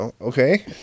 okay